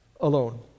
alone